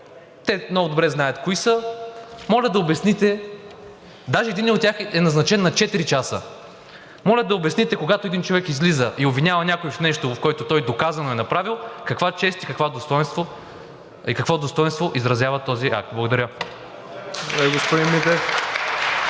Те много добре знаят кои са. Моля да обясните. Даже един от тях е назначен на четири часа. Моля да обясните, когато един човек излиза и обвинява някого в нещо, в което той доказано е направил, каква чест и какво достойнство изразява този акт? Благодаря.